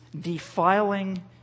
defiling